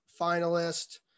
finalist